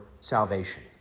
salvation